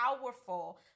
powerful